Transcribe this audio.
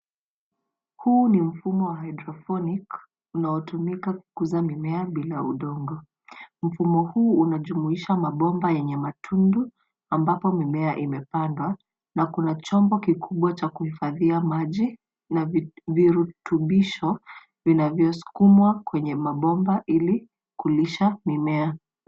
Huu ni mfumo wa haidroponiki unaotumika kukuza mimea bila udongo. Mfumo huu unajumuisha mabomba yenye matundu ambapo mimea imepandwa na kuna chombo kikubwa cha kuhifadhia maji na virutubisho vinavyosukumwa kwenye mabomba ili kulisha mimea.